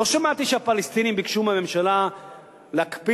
לא שמעתי שהפלסטינים ביקשו מהממשלה להקפיא